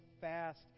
fast